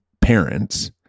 parents